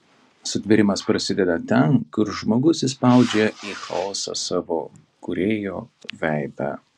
sutvėrimas prasideda ten kur žmogus įspaudžia į chaosą savo kūrėjo veidą